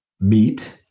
meat